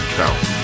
count